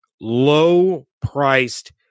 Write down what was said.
low-priced